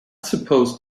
supposed